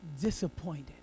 disappointed